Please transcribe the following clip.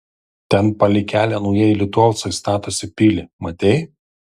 ten palei kelią naujieji litovcai statosi pilį matei